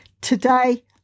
today